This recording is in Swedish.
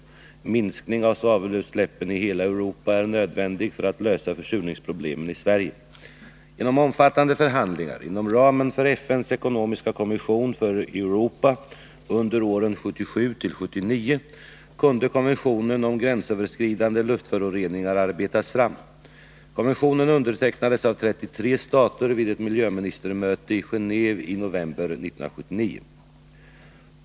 En minskning av svavelutsläppen i hela Europa är nödvändig för att lösa försurningsproblemen i Sverige. Genom omfattande förhandlingar inom ramen för FN:s ekonomiska kommission för Europa, ECE, under åren 1977-1979 kunde konventionen om gränsöverskridande luftföroreningar arbetas fram. Konventionen undertecknades av 33 stater vid ett miljöministermöte i Genåve i november 1979.